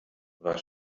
war